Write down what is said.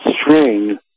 string